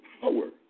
power